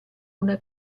una